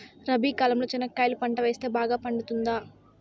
రబి కాలంలో చెనక్కాయలు పంట వేస్తే బాగా పండుతుందా?